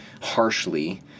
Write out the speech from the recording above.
harshly